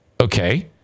okay